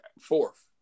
fourth